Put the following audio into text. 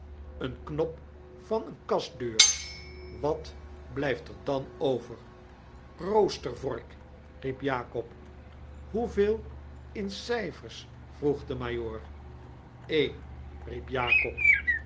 een knop van eene kastdeur wat blyft er dan over roostervork riep jakob ijoeveel in cyfers vroeg de majoor jjeen riep jakob